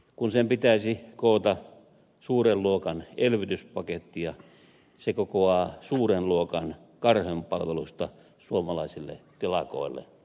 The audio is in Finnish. kun sen pitäisi koota suuren luokan elvytyspakettia se kokoaa suuren luokan karhunpalvelusta suomalaisille telakoille